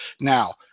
Now